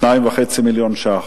2.5 מיליון שקלים,